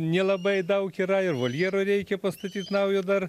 nelabai daug yra ir voljero reikia pastatyt naujo dar